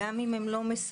גם אם הם לא מספקים,